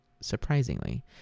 surprisingly